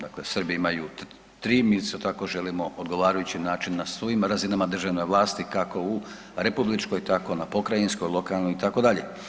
Dakle, Srbi imaju 3. Mi isto tako želimo odgovarajući nas svim razinama državne vlasti kako u republičkoj, tako na pokrajinskoj, lokalnoj itd.